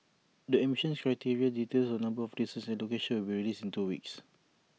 the admission criteria details on number of places and locations will be released in two weeks